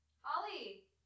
Holly